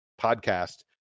podcast